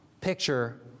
picture